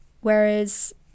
whereas